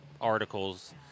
articles